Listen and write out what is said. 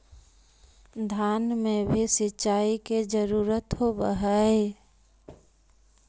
धान मे भी सिंचाई के जरूरत होब्हय?